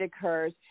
occurs